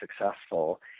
successful